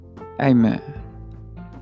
Amen